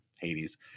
Hades